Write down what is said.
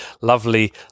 lovely